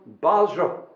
Basra